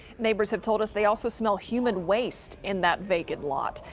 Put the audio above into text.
neighbors have told us they also smell human waste in that vacant lot,